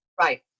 Right